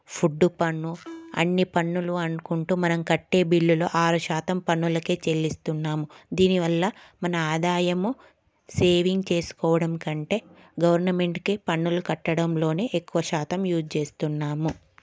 food పన్ను అన్నీ పన్నులు అనుకుంటు మనం కట్టే బిల్లులో ఆరు శాతం పన్నులకు చెల్లిస్తున్నాము దీని వల్ల మన ఆదాయము సేవింగ్ చేసుకోవడం కంటే గవర్నమెంట్కు పన్నులు కట్టడంలో ఎక్కువ శాతం యూజ్ చేస్తున్నాం